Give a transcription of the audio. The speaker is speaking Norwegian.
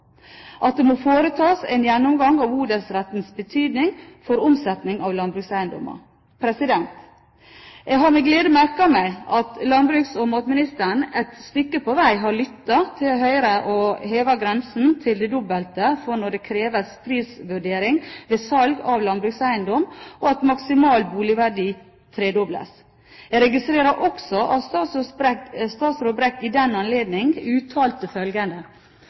at det må foretas en gjennomgang av odelsrettens betydning for omsetning av landbrukseiendommer. Jeg har med glede merket meg at landbruks- og matministeren et stykke på vei har lyttet til Høyre og hevet grensen til det dobbelte for når det kreves prisvurdering ved salg av landbrukseiendom, og at maksimal boligverdi tredobles. Jeg registrerer også at statsråd Brekk i den anledning uttalte følgende: